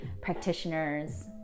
practitioners